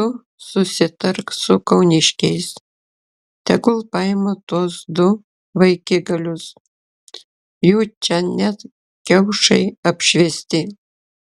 tu susitark su kauniškiais tegul paima tuos du vaikigalius jų čia net kiaušai apšviesti